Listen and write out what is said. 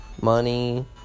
Money